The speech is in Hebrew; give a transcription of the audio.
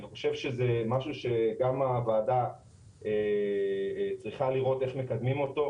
אני חושב שזה משהו שגם הוועדה צריכה לראות איך מקדמים אותו.